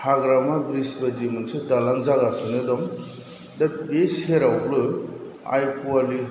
हाग्रामा bridge बादि मोनसे दालां जागासिनो दं दा बे सेरावबो आइफ'वालि